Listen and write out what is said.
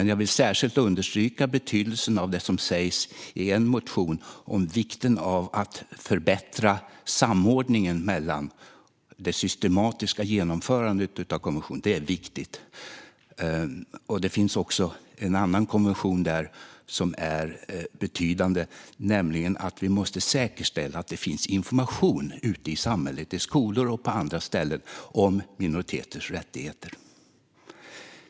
Jag vill särskilt understryka betydelsen av det som sägs i en motion om vikten av att förbättra samordningen i det systematiska genomförandet av konventionen. Det är viktigt. Det finns också en annan konvention som är betydelsefull, nämligen den om att vi måste säkerställa att det finns information ute i samhället, i skolor och på andra ställen, om minoriteters rättigheter.